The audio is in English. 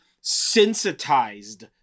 sensitized